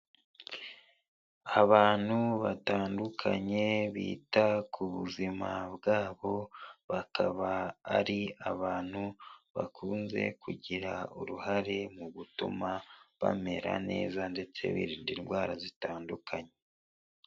Abantu batandukanye bita ku buzima bwabo, bakaba ari abantu bakunze kugira uruhare mu gutuma bamera neza, ndetse birinda indwara zitandukanye.